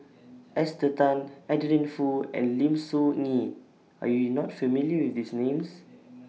Esther Tan Adeline Foo and Lim Soo Ngee Are YOU not familiar with These Names